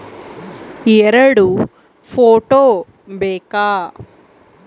ಎರಡು ಫೋಟೋ ಬೇಕಾ?